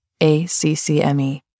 ACCME